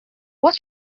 what